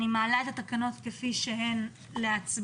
אני מעלה את התקנות כפי שהן להצבעה.